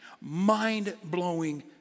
mind-blowing